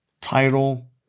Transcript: title